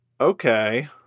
Okay